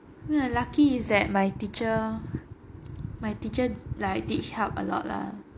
lucky is that my teacher my teacher like did help a lot lah